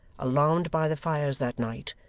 alarmed by the fires that night,